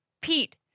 Pete